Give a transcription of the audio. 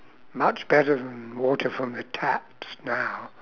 much better than the water from the taps now